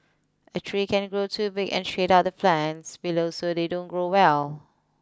a tree can grow too big and shade out the plants below so they don't grow well